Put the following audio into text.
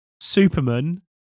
superman